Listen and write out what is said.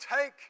take